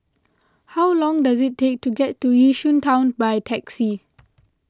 how long does it take to get to Yishun Town by taxi